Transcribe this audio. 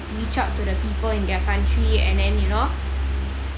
reach out to the people in their country and then you know